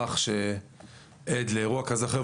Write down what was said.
לאירוע; בדרך כלל על ידי אזרח שעד לאירוע כזה או אחר,